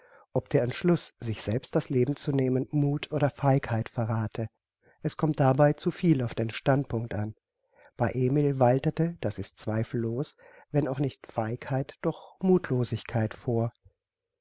ob der entschluß sich selbst das leben zu nehmen muth oder feigheit verrathe es kommt dabei zuviel auf den standpunct an bei emil waltete das ist zweifellos wenn auch nicht feigheit doch muthlosigkeit vor